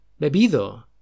bebido